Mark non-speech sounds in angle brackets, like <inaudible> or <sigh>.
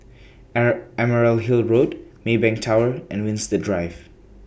<unintelligible> Emerald Hill Road Maybank Tower <noise> and Winstedt Drive